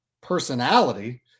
personality